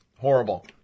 Horrible